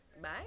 Bye